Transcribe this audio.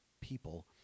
people